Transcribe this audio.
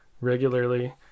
regularly